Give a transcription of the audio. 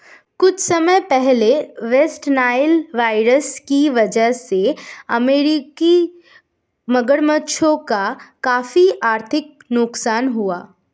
कुछ समय पहले वेस्ट नाइल वायरस की वजह से अमेरिकी मगरमच्छों का काफी आर्थिक नुकसान हुआ